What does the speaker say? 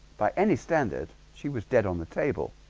by any standard she was dead on the table